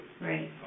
Right